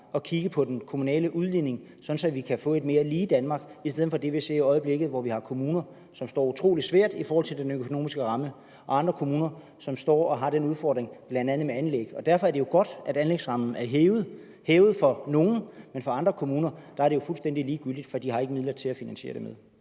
at kigge på den kommunale udligning, sådan at vi kan få et mere lige Danmark i stedet for det, vi ser i øjeblikket, hvor vi har kommuner, som står utrolig svært i forhold til den økonomiske ramme, og andre kommuner, som har den udfordring bl.a. med anlæg. Derfor er det jo godt, at anlægsrammen er hævet for nogle, men for andre kommuner er det jo fuldstændig ligegyldigt, for de har ikke midler til at finansiere det med.